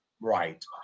Right